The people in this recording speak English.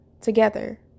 together